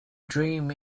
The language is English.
dream